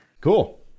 Cool